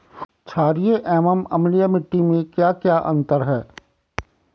छारीय एवं अम्लीय मिट्टी में क्या क्या अंतर हैं?